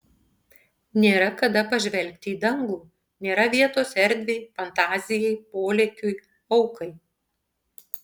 nėra kada pažvelgti į dangų nėra vietos erdvei fantazijai polėkiui aukai